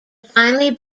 finally